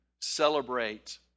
celebrate